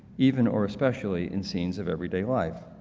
even or especially in scenes of everyday life.